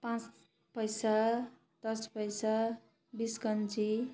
पाँच पैसा दस पैसा बिस कन्ची